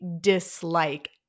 dislike